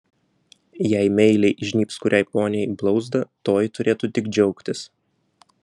jei meiliai įžnybs kuriai poniai į blauzdą toji turėtų tik džiaugtis